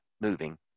moving